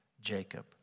Jacob